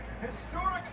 historic